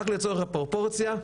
רק לצורך הפרופורציה,